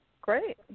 Great